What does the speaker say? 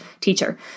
teacher